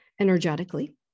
energetically